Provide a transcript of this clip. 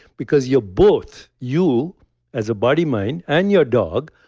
because you're both, you as a body mind and your dog,